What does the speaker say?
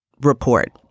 report